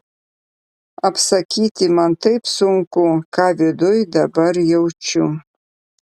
apsakyti man taip sunku ką viduj dabar jaučiu